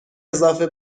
اضافه